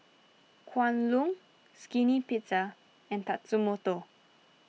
Kwan Loong Skinny Pizza and Tatsumoto